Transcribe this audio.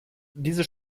diese